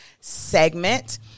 segment